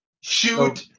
shoot